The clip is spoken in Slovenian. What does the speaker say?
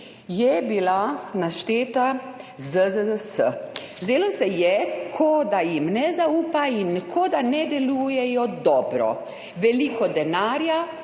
je bil naštet ZZZS. Zdelo se je, kot da jim ne zaupa in kot da ne delujejo dobro. Veliko denarja,